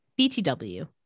BTW